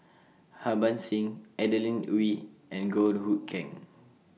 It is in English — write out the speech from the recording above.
Harbans Singh Adeline Ooi and Goh Hood Keng